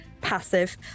passive